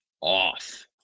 off